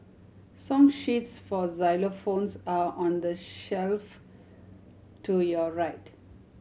song sheets for xylophones are on the shelf to your right